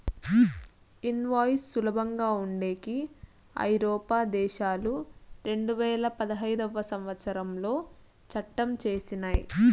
invoice సులభంగా ఉండేకి ఐరోపా దేశాలు రెండువేల పదిహేడవ సంవచ్చరంలో చట్టం చేసినయ్